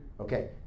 Okay